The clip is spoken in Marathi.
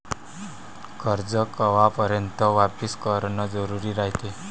कर्ज कवापर्यंत वापिस करन जरुरी रायते?